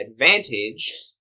advantage